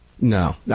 No